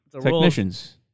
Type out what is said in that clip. Technicians